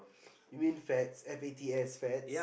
you mean fats F A T S fats